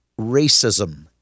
racism